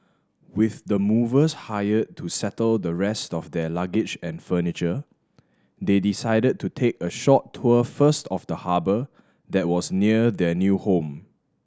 with the movers hired to settle the rest of their luggage and furniture they decided to take a short tour first of the harbour that was near their new home